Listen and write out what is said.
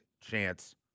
chance